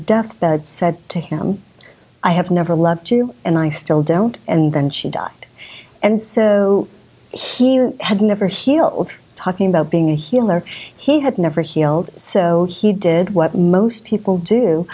deathbed said to him i have never loved you and i still don't and then she died and so he had never healed talking about being a healer he had never healed so he did what most people do